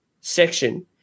section